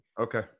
Okay